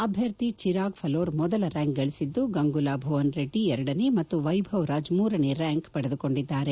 ಅಭ್ಯರ್ಥಿ ಚಿರಾಗ್ ಫಲೋರ್ ಮೊದಲ ರ್ಕಾಂಕ್ ಗಳಿಸಿದ್ದು ಗಂಗುಲಾ ಭುವನ್ ರೆಡ್ಡಿ ಎರಡನೇ ಮತ್ತು ವೈಭವ್ ರಾಜ್ ಮೂರನೇ ರ್ಲಾಂಕ್ ಪಡೆದುಕೊಂಡಿದ್ದಾರೆ